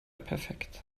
perfekt